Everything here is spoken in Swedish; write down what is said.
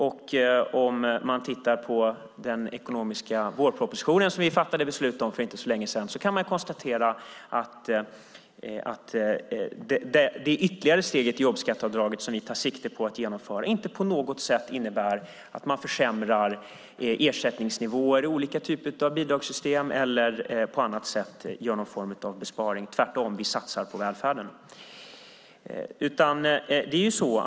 Och om vi tittar på den ekonomiska vårpropositionen, som vi fattade beslut om för inte så länge sedan, kan vi konstatera att det ytterligare steget i jobbskatteavdraget, som vi tar sikte på att genomföra, inte på något sätt innebär att man försämrar ersättningsnivåer i olika typer av bidragssystem eller på annat sätt gör någon form av besparing. Tvärtom - vi satsar på välfärden.